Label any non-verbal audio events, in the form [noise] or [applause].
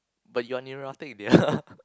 but you're neurotic dear [laughs]